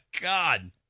God